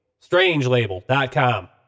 Strangelabel.com